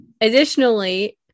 additionally